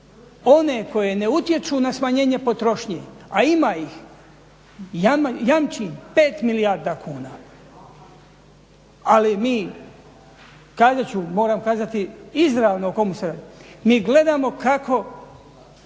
One koji ne utječu na smanjenje potrošnje, a ima ih, jamčim 5 milijarda kuna. Ali mi, kazat ću, moram kazati izravno o kome se radi, mi gledamo kako